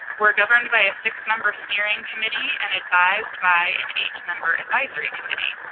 we're governed by a six member stearing committee and advised by an eight member advisory committee.